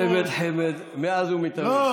צמד-חמד מאז ומתמיד.